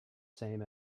same